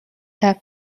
have